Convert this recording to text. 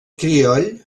crioll